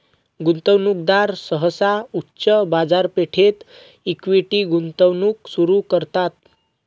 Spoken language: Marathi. गुंतवणूकदार सहसा उच्च बाजारपेठेत इक्विटी गुंतवणूक सुरू करतात